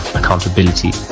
accountability